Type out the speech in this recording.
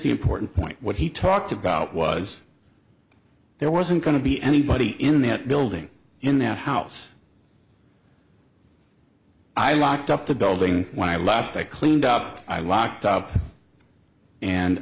the important point what he talked about was there wasn't going to be anybody in that building in that house i locked up the building when i left i cleaned out i locked up and